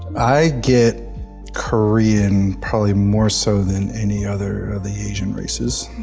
i get korean probably more so than any other of the asian races.